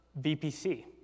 VPC